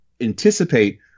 anticipate